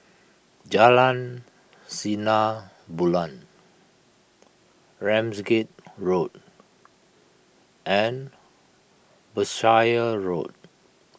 Jalan Sinar Bulan Ramsgate Road and Berkshire Road